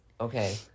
Okay